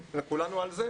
וכולנו על זה,